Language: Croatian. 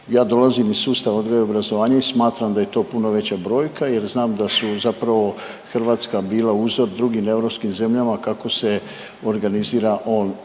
Ja dolazim iz sustava odgoja i obrazovanja i smatram da je to puno veća brojka jer znam da su zapravo, Hrvatska bila uzor drugim europskih zemljama kako se organizira